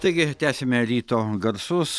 taigi tęsiame ryto garsus